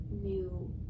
new